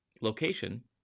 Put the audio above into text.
location